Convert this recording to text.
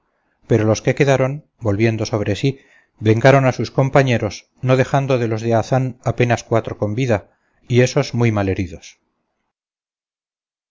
pero los que quedaron volviendo sobre sí vengaron a sus compañeros no dejando de los de hazán apenas cuatro con vida y ésos muy malheridos